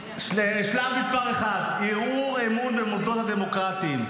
שלב מס' אחת, טלי, שלב מס' אחת.